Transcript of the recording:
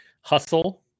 Hustle